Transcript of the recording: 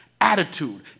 attitude